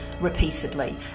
repeatedly